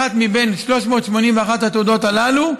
אחת מבין 381 התעודות הללו,